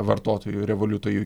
vartotojų revoliuto